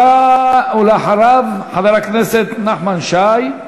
אחריו חבר הכנסת נחמן שי.